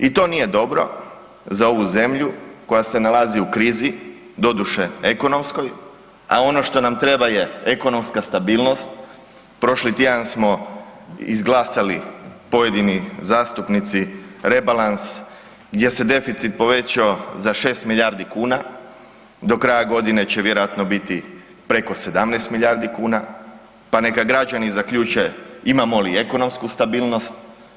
I to nije dobro za ovu zemlju koja se nalazi u krizi, doduše, ekonomskoj a ono što nam treba je ekonomska stabilnost, prošli tjedan smo izglasali pojedini zastupnici rebalans gdje se deficit povećao za 6 milijardi kuna do kraja godine će vjerojatno biti preko 17 milijuna kuna, pa neka građani zaključe imamo li ekonomsku stabilnost.